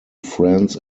friends